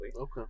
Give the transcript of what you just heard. Okay